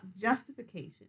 justification